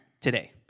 today